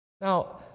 Now